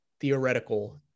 theoretical